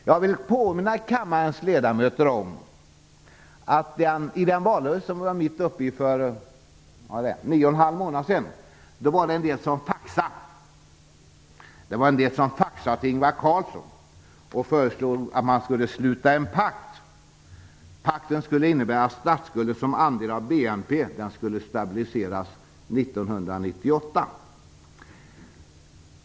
Jag vill påminna kammarens ledamöter om att i den valrörelse som vi var mitt uppe i för drygt nio och en halv månader sedan var det en del personer som faxade till Ingvar Carlsson och föreslog att man skulle sluta en pakt. Pakten skulle innebära att statsskulden som andel av BNP skulle stabiliseras 1998.